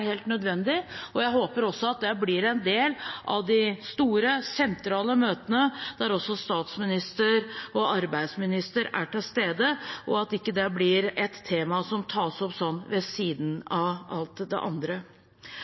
helt nødvendig, og jeg håper også at det blir en del av de store, sentrale møtene der også statsminister og arbeidsminister er til stede, og at det ikke blir et tema som tas opp ved siden av alt det andre.